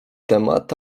temat